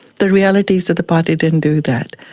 the reality is that the party didn't do that.